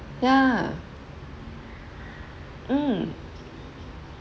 yeah mm